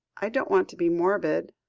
i don't want to be morbid.